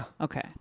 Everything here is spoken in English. Okay